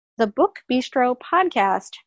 thebookbistropodcast